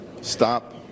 Stop